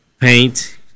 paint